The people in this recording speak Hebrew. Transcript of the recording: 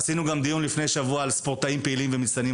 עשינו גם דיון לפני שבוע על ספורטאים פעילים ומצטיינים